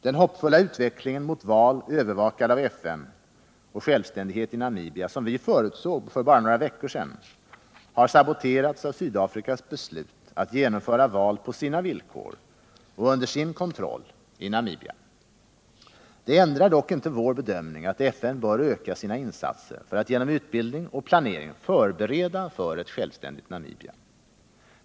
Den hoppfulla utvecklingen mot val, övervakade av FN, och självständighet i Namibia som vi förutsåg för bara några veckor sedan har saboterats av Sydafrikas beslut att genomföra val på sina villkor och under sin kontroll i Namibia. Det ändrar dock inte vår bedömning att FN bör öka sina insatser för att genom utbildning och planering förbereda för ett självständigt Namibia.